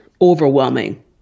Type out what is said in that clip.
overwhelming